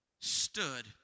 Stood